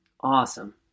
Awesome